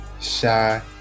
Shy